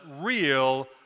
real